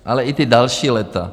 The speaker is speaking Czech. Ale i ta další léta.